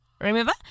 Remember